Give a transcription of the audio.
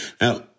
Now